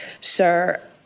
Sir